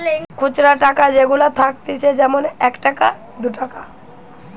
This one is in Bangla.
খুচরা টাকা যেগুলা থাকতিছে যেমন এক টাকা, দু টাকা